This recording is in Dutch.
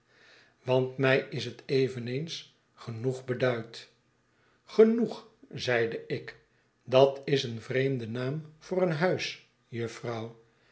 want mij is het eveneens geno eg beduidt genoeg zeide ik dat is een vreemde naam voor een huis jufvrouw